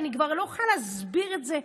אני כבר לא יכולה להסביר את זה.